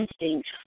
instinct